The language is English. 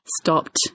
stopped